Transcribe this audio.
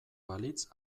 balitz